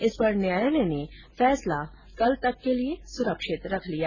इस पर न्यायालय ने फैसला कल तक के लिये सुरक्षित रख लिया